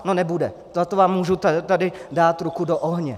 No nebude, na to vám můžu tady dát ruku do ohně.